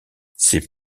ses